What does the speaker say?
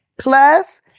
plus